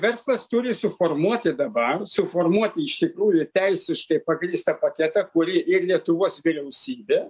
verslas turi suformuoti dabar suformuoti iš tikrųjų teisiškai pagrįstą paketą kurį ir lietuvos vyriausybė